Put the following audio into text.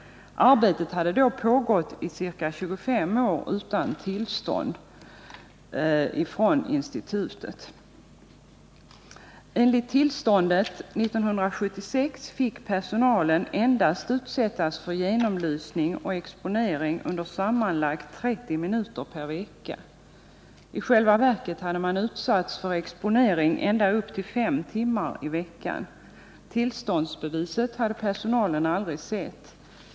Arbetet hade då pågått i ca 25 år utan tillstånd från institutet. Enligt tillståndet 1976 fick personalen endast utsättas för genomlysning och exponering under sammanlagt 30 minuter per vecka. I själva verket hade man utsatts för exponering ända upp till fem timmar i veckan. Tillståndsbeviset hade personalen aldrig sett.